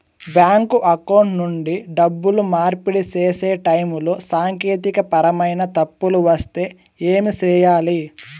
bank account నుండి డబ్బులు మార్పిడి సేసే టైములో సాంకేతికపరమైన తప్పులు వస్తే ఏమి సేయాలి